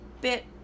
bit